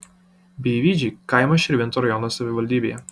beivydžiai kaimas širvintų rajono savivaldybėje